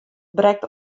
brekt